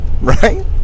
Right